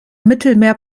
mittelmeer